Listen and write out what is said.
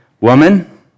Woman